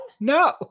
No